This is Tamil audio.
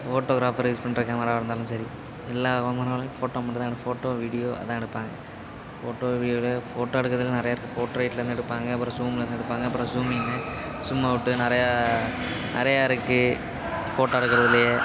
ஃபோட்டோகிராஃபர் யூஸ் பண்ணுற கேமராவாக இருந்தாலும் சரி எல்லா கேமராவிலயும் ஃபோட்டோ மட்டும்தான் ஃபோட்டோ வீடியோ அதான் எடுப்பாங்க ஃபோட்டோ வீடியோவில் ஃபோட்டோ எடுக்கிறதில் நிறைய இருக்குது போர்ட்ரைட்டில் இருந்து எடுப்பாங்க அப்பறம் ஜூமில் இருந்து எடுப்பாங்க அப்பறம் ஜூம் இன்னு ஜூம் அவுட்டு நிறையா நிறையா இருக்கு ஃபோட்டோ எடுக்கிறதிலயே